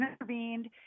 intervened